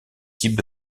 types